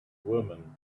woman